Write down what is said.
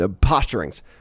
posturings